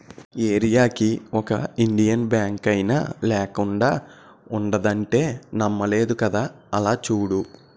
ఏరీయాకి ఒక ఇండియన్ బాంకైనా లేకుండా ఉండదంటే నమ్మలేదు కదా అలా చూడు